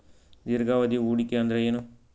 ದೀರ್ಘಾವಧಿ ಹೂಡಿಕೆ ಅಂದ್ರ ಏನು?